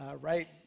right